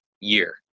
year